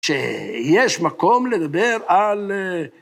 שיש מקום לדבר על...